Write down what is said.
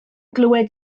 glywed